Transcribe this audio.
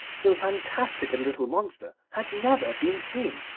so fantastic a little monster had never been seen.